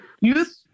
Youth